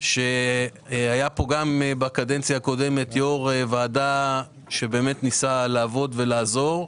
גם בקדנציה הקודמת היה כאן יו"ר ועדה שניסה לעבוד ולעזור,